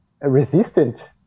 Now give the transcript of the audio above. resistant